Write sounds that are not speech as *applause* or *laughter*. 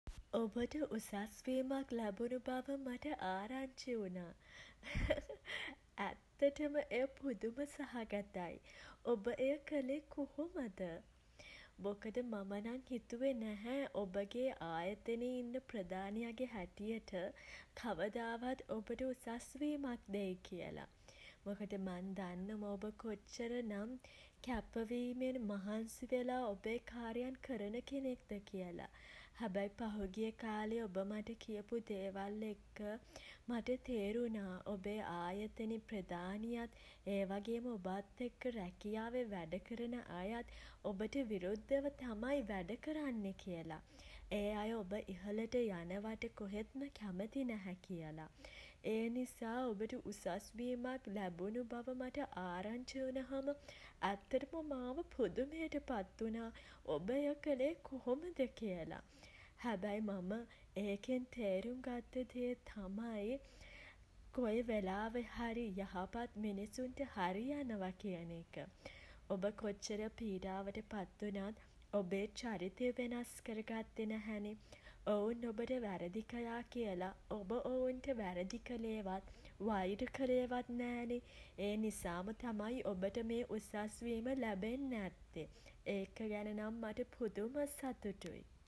ඔබට උසස්වීමක් ලැබුණු බව මට ආරංචි වුණා. *laughs* ඇත්තටම එය පුදුම සහගතයි. ඔබ එය කළේ කොහොමද? *hesitation* මොකද මම නම් හිතුවේ නැහැ *hesitation* ඔබගේ ආයතනයේ ඉන්න ප්‍රධානියාගේ හැටියට *hesitation* කවදාවත් ඔබට උසස්වීමක් දෙයි කියල. මොකද මන් දන්නවා ඔබ කොච්චර නම් *hesitation* කැපවීමෙන් *hesitation* මහන්සි වෙලා ඔබේ කාර්යයන් කරන කෙනෙක්ද කියලා. හැබැයි පහුගිය කාලේ ඔබ මට කියපු දේවල් එක්ක *hesitation* මට තේරුනා *hesitation* ඔබේ ආයතන ප්රධානියත් *hesitation* ඒ වගේම ඔබත් එක්ක රැකියාවේ වැඩ කරන අයත් *hesitation* ඔබට විරුද්ධව තමයි වැඩ කරන්නෙ කියල. ඒ අය ඔබ ඉහළට යනවට කොහෙත්ම කැමති නැහැ කියලා. ඒ නිසා *hesitation* ඔබට උසස් වීමක් *hesitation* ලැබුණු බව මට ආරංචි වුණහම *hesitation* ඇත්තටම මාව පුදුමයට පත් වුණා.. ඔබ එය කළේ කොහොමද කියලා. හැබැයි *hesitation* මම එකෙන් තේරුම් ගත්ත දේ තමයි *hesitation* කොයි වෙලාවේ හරි *hesitation* යහපත් මිනිසුන්ට හරි යනවා කියන එක. ඔබ කොච්චර පීඩාවට පත් වුණත් *hesitation* ඔබේ චරිතය වෙනස් කර ගත්තේ නැහැනේ. ඔවුන් ඔබට වැරදි කළා කියලා ඔබ ඔවුන්ට වැරදි කළේ වත් *hesitation* වෛර කළේ වත් නෑනේ. ඒ නිසාම තමයි *hesitation* ඔබට මේ උසස් වීම ලැබෙන්න ඇත්තේ. ඒක ගැන නම් මට පුදුම සතුටුයි.